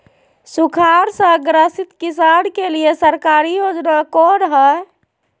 सुखाड़ से ग्रसित किसान के लिए सरकारी योजना कौन हय?